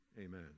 Amen